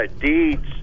deeds